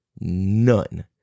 none